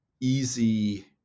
easy